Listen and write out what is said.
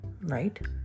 Right